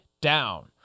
down